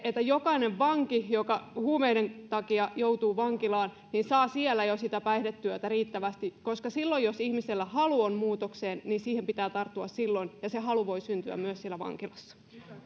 että jokainen vanki joka huumeiden takia joutuu vankilaan saa jo siellä sitä päihdetyötä riittävästi koska silloin jos ihmisellä on halu muutokseen niin siihen pitää tarttua silloin ja se halu voi syntyä myös siellä vankilassa